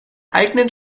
eigenen